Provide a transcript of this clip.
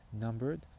numbered